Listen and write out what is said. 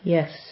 Yes